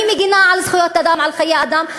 אני מגינה על חיי אדם, על זכויות אדם.